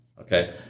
Okay